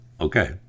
okay